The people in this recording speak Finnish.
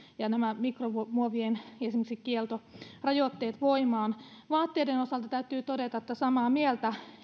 esimerkiksi nämä mikromuovien kieltorajoitteet voimaan vaatteiden osalta täytyy todeta että olen samaa mieltä